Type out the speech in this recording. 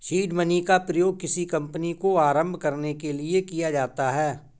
seed money का प्रयोग किसी कंपनी को आरंभ करने के लिए किया जाता है